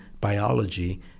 biology